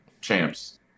champs